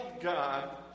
God